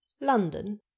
London